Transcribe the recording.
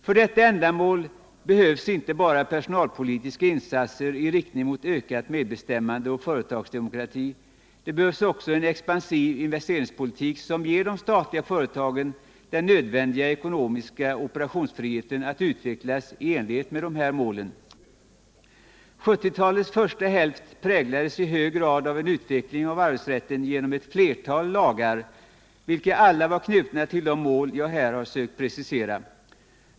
För detta ändamål behövs inte bara personalpolitiska insatser i riktning mot ökat medbestämmande och företagsdemokrati — det behövs också en expansiv investeringspolitik, som ger de statliga företagen den nödvändiga ekonomiska operationsfriheten att utvecklas i enlighet med dessa mål. 1970-talets första hälft präglades i hög grad av en utveckling av arbetsrätten genom ett flertal lagar, vilka alla var knutna till de mål jag här har sökt precisera.